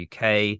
UK